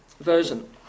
version